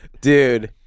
Dude